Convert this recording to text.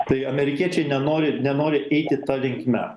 tai amerikiečiai nenori nenori eiti ta linkme